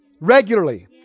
regularly